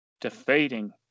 defeating